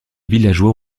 villageois